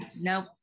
nope